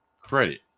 credit